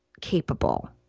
capable